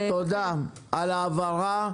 תודה על ההבהרה.